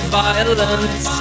violence